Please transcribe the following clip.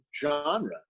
genre